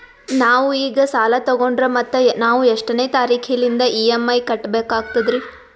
ನಾವು ಈಗ ಸಾಲ ತೊಗೊಂಡ್ರ ಮತ್ತ ನಾವು ಎಷ್ಟನೆ ತಾರೀಖಿಲಿಂದ ಇ.ಎಂ.ಐ ಕಟ್ಬಕಾಗ್ತದ್ರೀ?